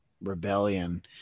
rebellion